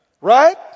Right